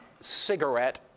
cigarette